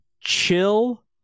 Chill